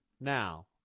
now